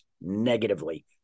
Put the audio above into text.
negatively